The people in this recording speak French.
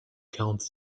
quarante